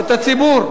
את הציבור.